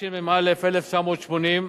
תשמ"א 1980,